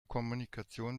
kommunikation